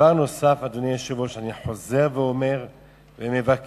דבר נוסף, אדוני היושב-ראש, אני חוזר ואומר ומבקש: